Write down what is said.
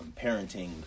parenting